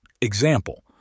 Example